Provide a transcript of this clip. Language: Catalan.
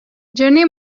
gener